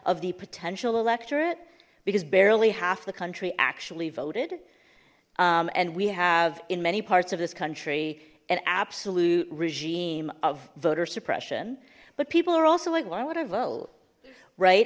of the potential electorate because barely half the country actually voted and we have in many parts of this country an absolute regime of voter suppression but people are also like why would i vote right